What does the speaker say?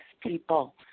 people